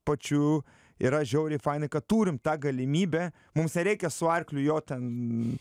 pačių yra žiauriai fainai kad turim tą galimybę mums nereikia su arkliu jot ten